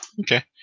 Okay